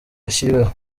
bashyiriweho